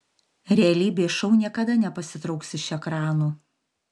realybės šou niekada nepasitrauks iš ekranų